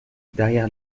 derrière